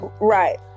right